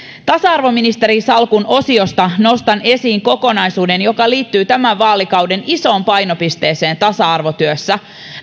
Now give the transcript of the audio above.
tasa arvoministerin salkun osiosta nostan esiin kokonaisuuden joka liittyy tämän vaalikauden isoon painopisteeseen tasa arvotyössä